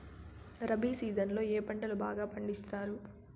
rabi season లో ఏ పంటలు బాగా పండిస్తారు